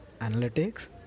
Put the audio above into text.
analytics